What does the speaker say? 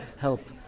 help